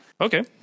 Okay